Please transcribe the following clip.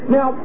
Now